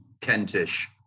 Kentish